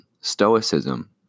Stoicism